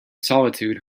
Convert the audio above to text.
solitude